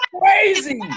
crazy